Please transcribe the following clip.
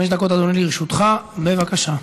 אדוני, חמש דקות לרשותך, בבקשה.